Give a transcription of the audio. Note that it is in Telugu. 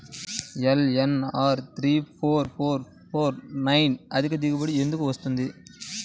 LNR three four four four nine అధిక దిగుబడి ఎందుకు వస్తుంది?